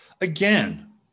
again